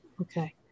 Okay